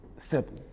Simple